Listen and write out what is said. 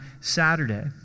Saturday